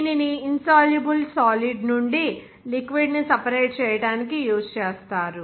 దీనిని insoluble solid నుండి liquid ని సెపరేట్ చేయటానికి యూజ్ చేస్తారు